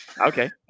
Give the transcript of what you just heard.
Okay